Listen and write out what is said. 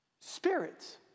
Spirits